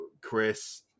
Chris